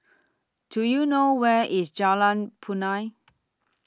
Do YOU know Where IS Jalan Punai